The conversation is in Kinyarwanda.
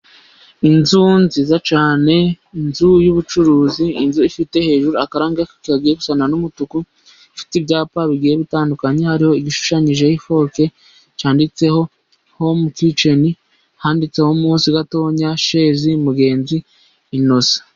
Inzu nziza cyane, inzu y'ubucuruzi, inzu ifite hejuru akarange kagiye gusa n'umutuku, ifite ibyapa bigiye bitandukanye, hariho igishushanyijeho ifoke cyanditseho home kiceni, handitseho munsi gatonya shezi Mugenzi Inosa.